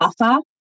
offer